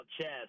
chess